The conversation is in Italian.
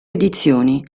edizioni